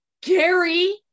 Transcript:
Gary